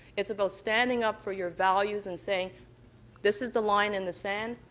it's about standing up for your values and saying this is the line in the sand.